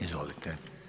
Izvolite.